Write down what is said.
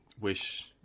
wish